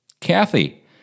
Kathy